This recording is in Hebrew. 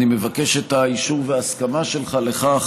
אני מבקש את האישור וההסכמה שלך לכך,